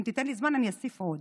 אם תיתן לי זמן אני אוסיף עוד.